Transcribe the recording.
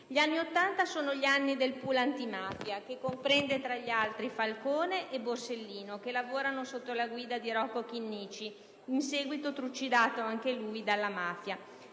Gli anni Ottanta sono gli anni del *pool* antimafia, che comprende tra gli altri Falcone e Borsellino, che lavorano sotto la guida di Rocco Chinnici, in seguito trucidato anche lui dalla mafia.